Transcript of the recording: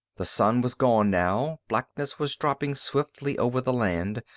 the sun was gone now. blackness was dropping swiftly over the land,